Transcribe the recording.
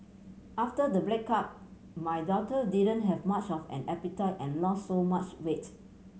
after the breakup my daughter didn't have much of an appetite and lost so much weight